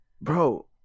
bro